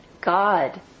God